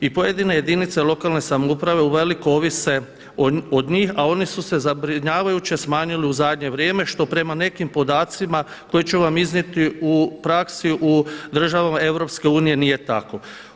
I pojedine jedinice lokalne samouprave uvelike ovise od njih a one su se zabrinjavajuće smanjili u zadnje vrijeme što prema nekim podacima koje ću vam iznijeti u praksi u državama EU nije tako.